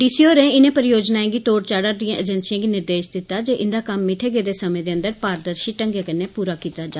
D C होरें उनें परियोजनाएं गी तोढ़ चाढ़ा दियें एजेंसियें गी निर्देश दिते जे उन्दा कम्म मित्थे गेदे समें अंदर पारदर्शी ढंगै कन्नै पूरा कीता जा